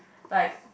like